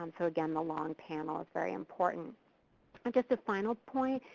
and so again the long panel is very important. and just a final point.